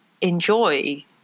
enjoy